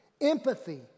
empathy